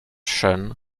sean